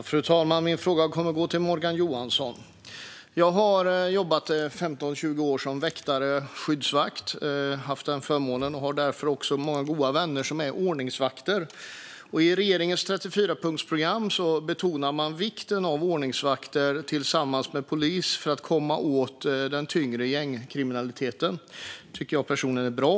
Fru talman! Min fråga kommer att gå till Morgan Johansson. Jag har haft förmånen att under 15-20 år jobba som väktare och skyddsvakt. Därför har jag också många goda vänner som är ordningsvakter. I regeringens 34-punktsprogram betonas vikten av att ha ordningsvakter tillsammans med polis för att man ska komma åt den tyngre gängkriminaliteten. Det tycker jag personligen är bra.